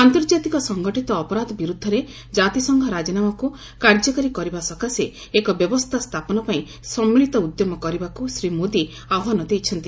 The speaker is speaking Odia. ଆନ୍ତର୍ଜାତିକ ସଂଗଠିତ ଅପରାଧ ବିର୍ତ୍ଧରେ କାତିସଂଘ ରାଜିନାମାକୁ କାର୍ଯ୍ୟକାରୀ କରିବା ସକାଶେ ଏକ ବ୍ୟବସ୍ଥା ସ୍ଥାପନ ପାଇଁ ସମ୍ମିଳିତ ଉଦ୍ୟମ କରିବାକୁ ଶ୍ରୀ ମୋଦି ଆହ୍ୱାନ ଦେଇଛନ୍ତି